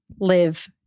live